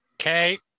Okay